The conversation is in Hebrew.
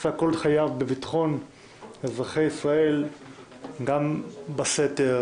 שעסק כל חייו בביטחון אזרחי ישראל גם בסתר,